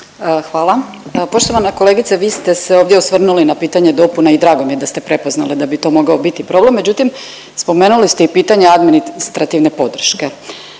Hvala. Poštovana kolegice, vi ste se ovdje osvrnuli na pitanje dopuna i drago mi je da ste prepoznali da bi to mogao biti problem, međutim spomenuli ste i pitanje administrativne podrške.